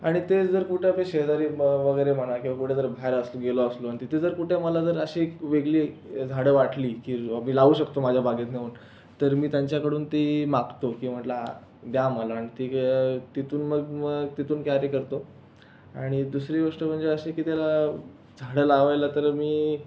आणि ते जर कुठं ते शेजारी ब वगैरे म्हणा किंवा कुठे जर बाहेर असं गेलो असलो अन् तिथे जर कुठे मला जर अशी एक वेगळी झाडं वाटली की बुवा मी लावू शकतो माझ्या बागेत जाऊन तर मी त्यांच्याकडून ती मागतो की म्हटलं द्या मला आणि ती तिथून मग मग तिथून कॅरी करतो आणि दुसरी गोष्ट म्हणजे अशी की त्याला झाडं लावायला तर मी